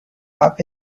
اَپ